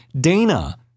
Dana